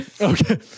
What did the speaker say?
okay